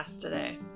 today